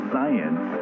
Science